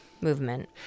Movement